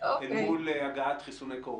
הטיפול צריך להיות שונה ולקחת את זה כפרויקט.